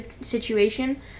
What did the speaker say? situation